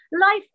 life